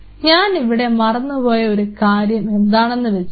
ഇവിടെ ഞാൻ മറന്നു പോയ ഒരു കാര്യം എന്താണെന്ന് വെച്ചാൽ